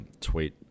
tweet